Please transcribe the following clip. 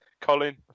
Colin